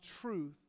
truth